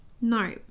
No